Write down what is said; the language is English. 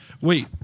Wait